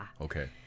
Okay